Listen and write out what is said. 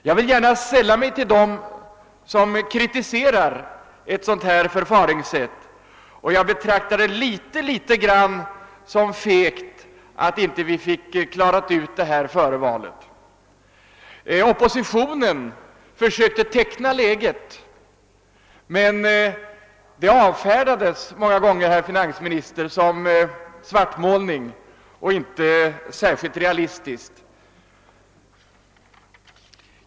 Jag vill gärna sälla mig till dem som kritiserar ett sådant förfaringssätt. Jag betraktar det som litet fegt att vi inte fick klara ut det här före valet. Oppositionen försökte teckna läget, men det avfärdades många gånger av herr finansministern som svartmålningar och inte särskilt realistiska skildringar.